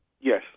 Yes